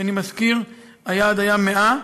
ואני מזכיר שהיעד היה 100,